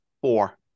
four